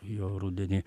jo rudenį